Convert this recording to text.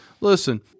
listen